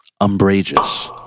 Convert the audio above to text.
Umbrageous